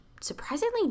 surprisingly